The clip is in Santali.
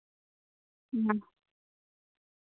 ᱦᱩᱸ